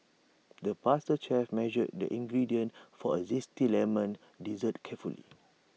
the pastry chef measured the ingredients for A Zesty Lemon Dessert carefully